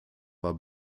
war